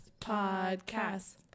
Podcast